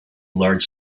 large